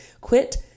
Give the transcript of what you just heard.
quit